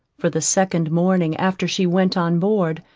for the second morning after she went on board,